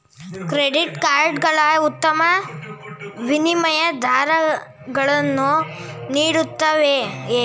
Credit card ಗಳು ಉತ್ತಮ ವಿನಿಮಯ ದರಗಳನ್ನು ನೀಡುತ್ತವೆಯೇ?